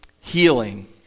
healing